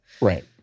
Right